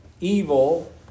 evil